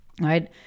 right